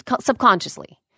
subconsciously